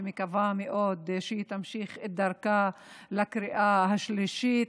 ומקווה מאוד שהיא תמשיך את דרכה לקריאה השלישית,